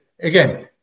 again